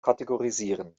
kategorisieren